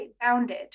bounded